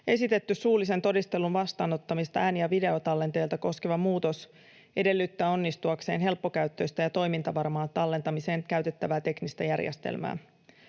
Esitetty suullisen todistelun vastaanottamista ääni‑ ja videotallenteelta koskeva muutos edellyttää onnistuakseen helppokäyttöistä ja toimintavarmaa tallentamiseen käytettävää teknistä järjestelmää.